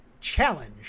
challenge